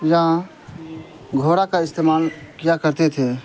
یا گھوڑا کا استعمال کیا کرتے تھے